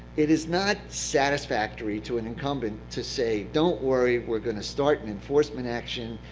it is not satisfactory to an incumbent to say, don't worry. we're going to start an enforcement action,